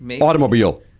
Automobile